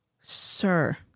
sir